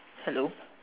hello